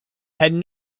had